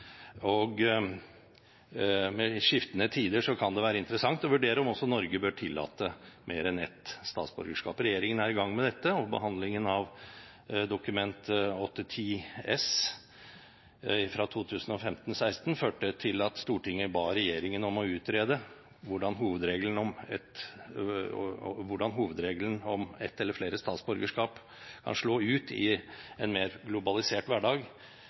og med skiftende tider kan det være interessant å vurdere om også Norge bør tillate mer enn ett statsborgerskap. Regjeringen er i gang med dette, og behandlingen av Dokument 8:10 S for 2015–2016 førte til at Stortinget ba regjeringen utrede hvordan hovedregelen om ett eller flere statsborgerskap kan slå ut i en mer globalisert hverdag,